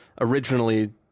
originally